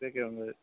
దగ్గర ఉంది అదే